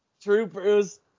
troopers